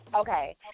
Okay